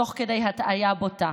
תוך כדי הטעיה בוטה.